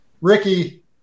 Ricky